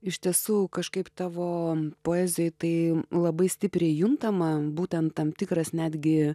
iš tiesų kažkaip tavo poezijoj tai labai stipriai juntama būtent tam tikras netgi